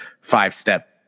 five-step